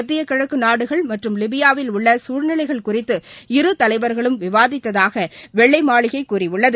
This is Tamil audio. மத்திய கிழக்கு நாடுகள் மற்றம் லிபிபாவில் உள்ள குழ்நிலைகள் குறித்து இரு தலைவாகளும் விவாதித்ததாக வெள்ளை மாளிகை கூறியுள்ளது